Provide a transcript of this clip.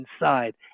inside